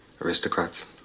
aristocrats